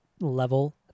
level